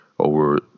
over